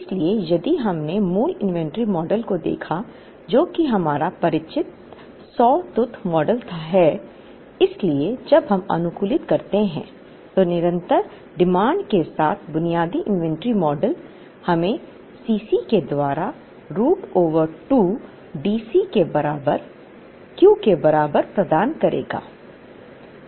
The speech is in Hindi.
इसलिए यदि हमने मूल इन्वेंट्री मॉडल को देखा जो कि हमारा परिचित सॉ टूथ मॉडल है इसलिए जब हम अनुकूलित करते हैं तो निरंतर मांग के साथ बुनियादी इन्वेंट्री मॉडल हमें C c के द्वारा रूट ओवर 2 डी सी के बराबर Q के बराबर प्रदान करेगा